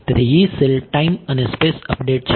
તેથી Yee cell time અને space update છે